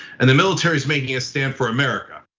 and the military is making a stand for america.